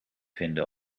vinden